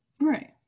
Right